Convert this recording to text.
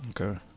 Okay